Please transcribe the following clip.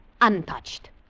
Untouched